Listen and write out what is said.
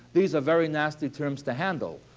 these are very nasty terms to handle.